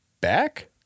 back